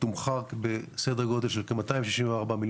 תומחר בסדר גודל של כ- 264,000,000